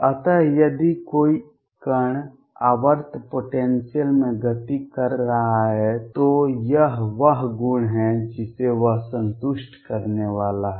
अतः यदि कोई कण आवर्त पोटेंसियल में गति कर रहा है तो यह वह गुण है जिसे वह संतुष्ट करने वाला है